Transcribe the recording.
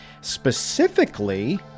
specifically